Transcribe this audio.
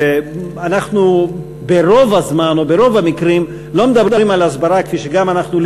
אנחנו ברוב המקרים לא מדברים על הסברה כפי שגם אנחנו,